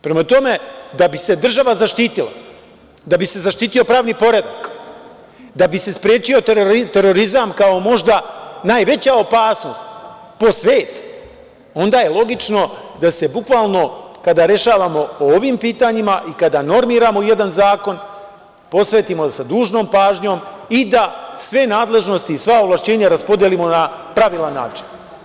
Prema tome, da bi se država zaštitila, da bi se zaštito pravni poredak, da bi se sprečio terorizam kao možda najveća opasnost po svet, onda je logično da se bukvalno kada rešavamo o ovim pitanjima i kada normiramo jedan zakon, posvetimo sa dužnom pažnjom i da sve nadležnosti i sva ovlašćenja raspodelimo na pravilan način.